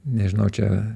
nežinau čia